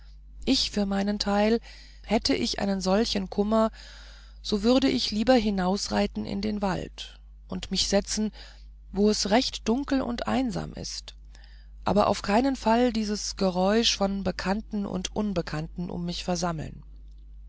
ich für meinen teil hätte ich einen solchen kummer so würde ich lieber hinausreiten in den wald und mich setzen wo es recht dunkel und einsam ist aber auf keinen fall dieses geräusch von bekannten und unbekannten um mich versammeln